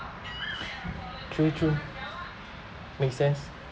true true makes sense